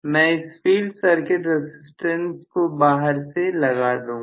मैं इस field circuit resistance को बाहर से लगा लूंगा